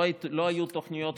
לא היו תוכניות חומש,